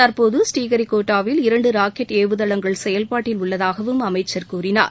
தற்போது புரீஹரிகோட்டாவில் இரண்டு ராக்கெட் ஏவுதளங்கள் செயல்பாட்டில் உள்ளதாகவும் அமைச்சர் கூறினார்